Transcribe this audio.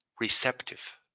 receptive